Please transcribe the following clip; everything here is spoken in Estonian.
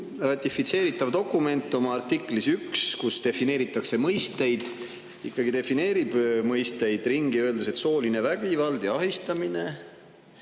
ratifitseeritav dokument oma artiklis 1, kus defineeritakse mõisteid, ikkagi defineerib mõisteid ringi, öeldes, et sooline vägivald ja ahistamine